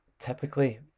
typically